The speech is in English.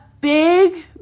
big